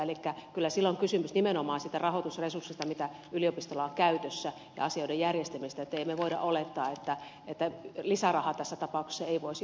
elikkä kyllä silloin kysymys on nimenomaan siitä rahoitusresurssista mitä yliopistolla on käytössä ja asioiden järjestämisestä joten emme me voi olettaa että lisäraha tässä tapauksessa ei voisi auttaa